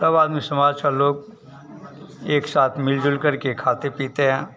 सब आदमी समाज के लोग एक साथ मिल जुलकर के खाते पीते हैं